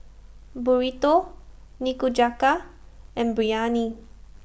Burrito Nikujaga and Biryani